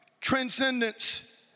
transcendence